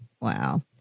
Wow